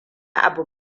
abu